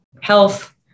health